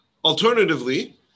Alternatively